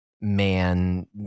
man